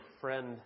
friend